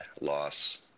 loss